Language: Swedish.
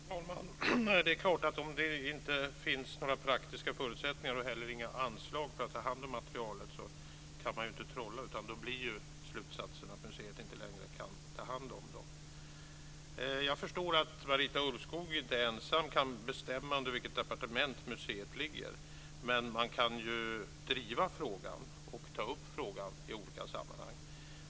Fru talman! Det är klart att om det inte finns några praktiska förutsättningar och inte heller några anslag för att ta hand om materialet kan man inte trolla. Då blir slutsatsen att museet inte längre kan ta hand om fynden. Jag förstår att Marita Ulvskog inte ensam kan bestämma under vilket departement ansvaret för museet ska ligga, men hon kan ju driva fråga och ta upp den i olika sammanhang.